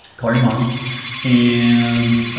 call your mom and